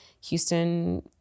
Houston